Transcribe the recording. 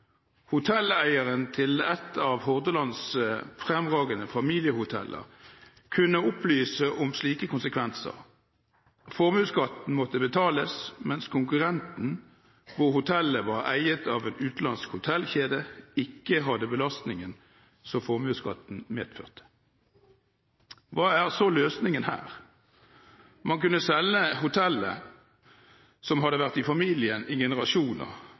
Hotelleieren til ett av Hordalands fremragende familiehoteller kunne opplyse om slike konsekvenser. Formuesskatten måtte betales, mens konkurrenten, hvor hotellet var eiet av en utenlandsk hotellkjede, ikke hadde belastningen som formuesskatten medførte. Hva er så løsningen her? Man kunne selge hotellet som hadde vært i familien i generasjoner,